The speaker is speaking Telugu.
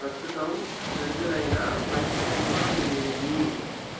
ప్రస్తుతం విడుదలైన మంచి సినిమా ఏది